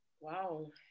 Wow